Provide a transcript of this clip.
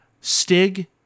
Stig